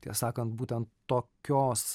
ties sakant būtent tokios